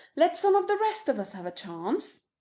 let some of the rest of us have a chance.